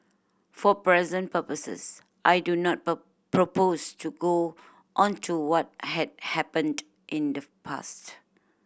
for present purposes I do not propose to go into what had happened in the past